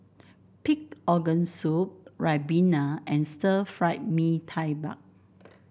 Pig Organ Soup ribena and Stir Fry Mee Tai Mak